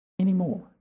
anymore